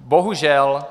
Bohužel